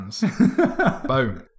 Boom